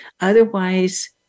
Otherwise